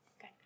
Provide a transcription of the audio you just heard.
good